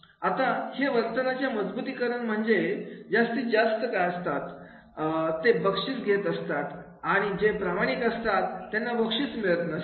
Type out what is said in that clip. आता हे वर्तनाचे मजबुतीकरण म्हणजे जय जास्त त्रस्त असतात ते बक्षीस घेत असतात आणि जे प्रामाणिक असतात त्यांना बक्षीस मिळत नसते